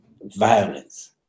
violence